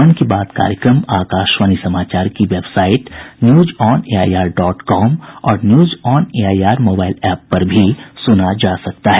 मन की बात कार्यक्रम आकाशवाणी समाचार की वेबसाइट न्यूजऑनएआईआर डॉट कॉम और न्यूजऑनएआईआर मोबाईल एप पर भी सुना जा सकता है